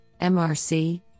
MRC